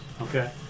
Okay